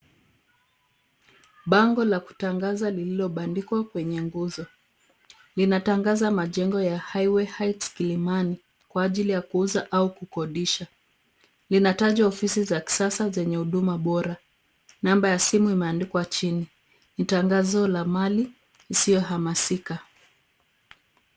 Bango la matangazo limebandikwa kwenye nguzo. Lina tangaza nyumba za Highway Heights Kilimani zinazopatikana kwa ununuzi au upangaji. Linaonyesha ofisi za kisasa zenye huduma bora. Namba ya simu imeandikwa upande wa chini wa bango. Hii ni tangazo la mali isiyohamishika